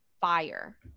fire